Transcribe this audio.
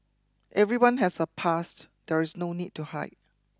everyone has a past there is no need to hide